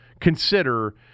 consider